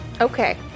Okay